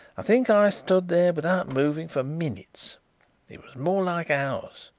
i think i stood there without moving for minutes it was more like hours.